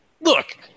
Look